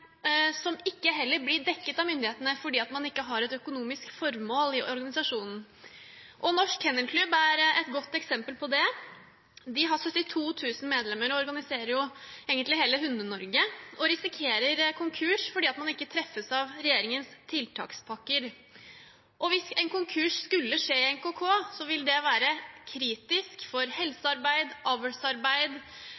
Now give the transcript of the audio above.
som heller ikke blir dekket av myndighetene, fordi man ikke har et økonomisk formål i organisasjonen. Norsk Kennel Klub, NKK, er et godt eksempel på dette. De har 72 000 medlemmer og organiserer egentlig hele Hunde-Norge og risikerer konkurs fordi man ikke treffes av regjeringens tiltakspakker. Hvis en konkurs skulle skje i NKK, ville det være kritisk for